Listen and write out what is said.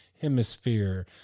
Hemisphere